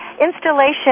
installation